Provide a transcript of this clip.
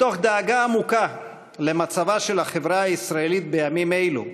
מתוך דאגה עמוקה למצבה של החברה הישראלית בימים אלו,